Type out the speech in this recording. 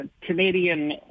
Canadian